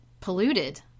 polluted